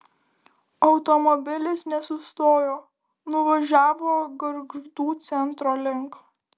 automobilis nesustojo nuvažiavo gargždų centro link